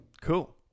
Cool